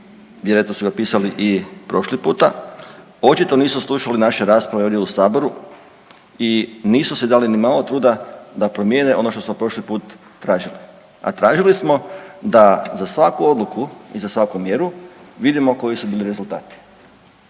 vjerojatno su ga pisali i prošli puta, očito nisu slušali naše rasprave ovdje u saboru i nisu si dali nimalo truda da promijene ono što smo prošli put tražili. A tražili smo da za svaku odluku i za svaku mjeru vidimo koji su bili rezultati,